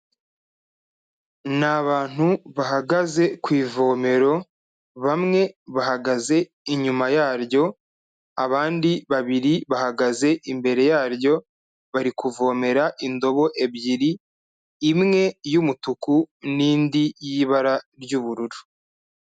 Ni abantu bahagaze ku ivomero, bamwe bahagaze inyuma yaryo, abandi babiri bahagaze imbere yaryo, bari kuvomera indobo ebyiri, imwe y'umutuku n'indi yibara ry'ubururu.